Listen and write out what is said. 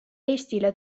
eestile